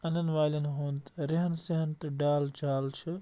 اَنَن والٮ۪ن ہُنٛد ریٚہن سیٚہن تہٕ ڈال چال چھِ